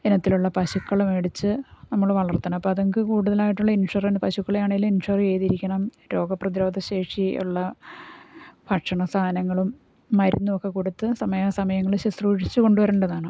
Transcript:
ഇനത്തിലുള്ള പശുക്കളെ മേടിച്ച് നമ്മൾ വളർത്തണ് അപ്പം അതുങ്ങൾക്ക് കൂടുതലായിട്ട് ഇൻഷുറൻസ് പശുക്കളെ ആണെങ്കിലും ഇൻഷുർ ചെയ്തിരിക്കണം രോഗ പ്രതിരോധ ശേഷി ഉള്ള ഭക്ഷണ സാധങ്ങങ്ങളും മരുന്നും ഒക്കെ കൊടുത്ത് സമയാ സമയങ്ങളിൽ ശുശ്രൂഷിച്ച് കൊണ്ട് വരണ്ടതാണ്